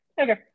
okay